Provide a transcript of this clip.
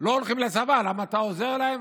לא הולכים לצבא, למה אתה עוזר להם?